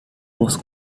was